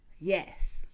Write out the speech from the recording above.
Yes